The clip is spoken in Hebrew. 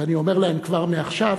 ואני אומר להם כבר מעכשיו: